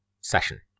session